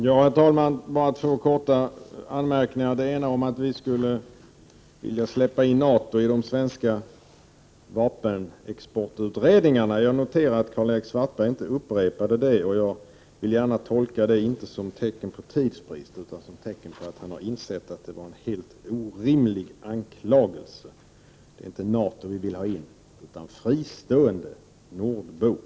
Herr talman! Först några korta anmärkningar. Karl-Erik Svartberg sade att vi skulle vilja släppa in NATO i de svenska vapenexportutredningarna. Jag noterar att Karl-Erik Svartberg inte upprepade detta, och jag vill gärna tolka det, inte som ett tecken på tidsbrist, utan som ett tecken på att han har insett att det var en helt orimlig anklagelse. Det är inte NATO vi vill ha in utan det är fristående nordbor.